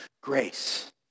grace